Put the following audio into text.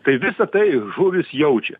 tai visa tai žuvys jaučia